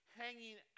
hanging